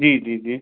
जी जी जी